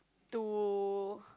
to